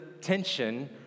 tension